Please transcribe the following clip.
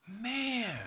Man